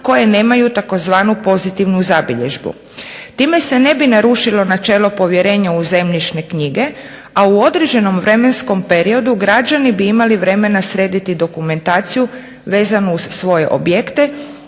koje nemaju tzv. pozitivnu zabilježbu. Time se ne bi narušilo načelo povjerenja u zemljišne knjige, u određenom vremenskom periodu građani bi imali vremena srediti dokumentaciju vezanu uz svoje objekte